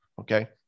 Okay